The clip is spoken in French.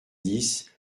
dix